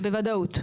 בוודאות.